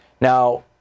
Now